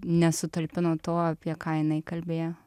nesutalpino to apie ką jinai kalbėjo